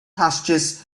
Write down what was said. pastures